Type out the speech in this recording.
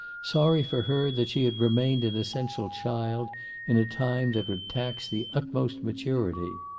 sorry for her, that she had remained an essential child in a time that would tax the utmost maturity.